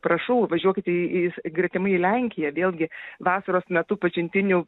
prašau važiuokite į į gretimai į lenkiją vėlgi vasaros metu pažintiniu